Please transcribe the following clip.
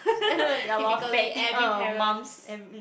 ya lor uh mums and mm